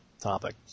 topic